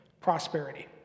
prosperity